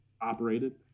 operated